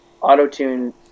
auto-tune